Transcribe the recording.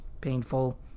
painful